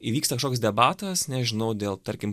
įvyksta kažkoks debatas nežinau dėl tarkim